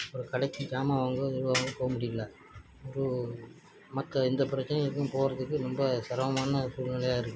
அப்புறம் கடைக்கு ஜாமான் வாங்கவோ எது வாங்கவோ போக முடியல ஒரு மக்கள் எந்த பிரச்சினைக்கும் போகிறதுக்கு ரொம்ப சிரமமான சூழ்நிலையாக இருக்குது